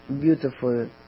beautiful